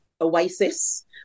oasis